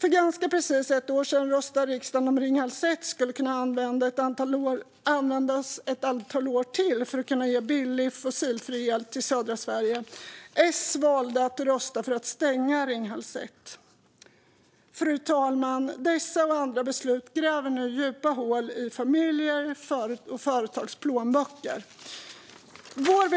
För ganska precis ett år sedan röstade riksdagen om Ringhals 1 skulle kunna användas ett antal år till för att kunna ge södra Sverige billig, fossilfri el. S valde att rösta för att stänga Ringhals 1. Dessa och andra beslut leder nu till att det grävs djupa hål i familjers och företags plånböcker. Fru talman! Vår